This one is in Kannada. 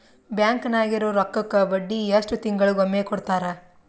ಬ್ಯಾಂಕ್ ನಾಗಿರೋ ರೊಕ್ಕಕ್ಕ ಬಡ್ಡಿ ಎಷ್ಟು ತಿಂಗಳಿಗೊಮ್ಮೆ ಕೊಡ್ತಾರ?